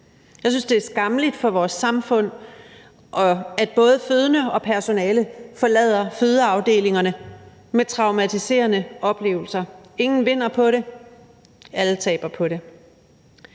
Jeg synes, det er skammeligt for vores samfund, at både fødende og personale forlader fødeafdelingerne med traumatiserende oplevelser. Ingen vinder på det, alle taber på det.